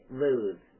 lose